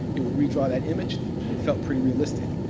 it will redraw that image, and it felt pretty realistic.